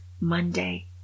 Monday